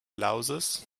louses